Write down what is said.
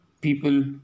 People